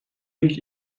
yüz